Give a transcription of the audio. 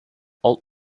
alt